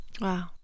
Wow